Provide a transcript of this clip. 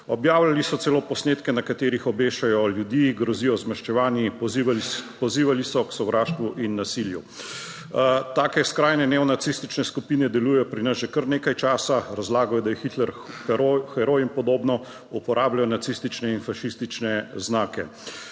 Objavljali so celo posnetke na katerih obešajo ljudi, grozijo z maščevanjizivali, pozivali so k sovraštvu in nasilju. Take skrajne neonacistične skupine delujejo pri nas že kar nekaj časa, razlagajo, da je Hitler heroj in podobno, uporabljajo nacistične in fašistične znake.